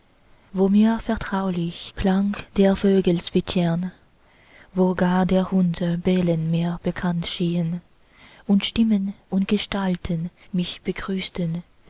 mir vertraulich klang der vögel zwitschern wo gar der hunde bellen mir bekannt schien und stimmen und gestalten mich begrüßten